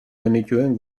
genituen